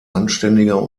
anständiger